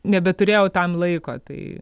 nebeturėjau tam laiko tai